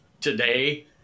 today